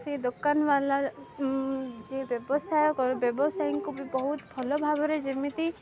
ସେ ଦୋକାନବାଲା ଯିଏ ବ୍ୟବସାୟ କର ବ୍ୟବସାୟୀଙ୍କୁ ବି ବହୁତ ଭଲ ଭାବରେ ଯେମିତି